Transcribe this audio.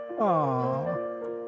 Aww